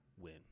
win